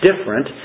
different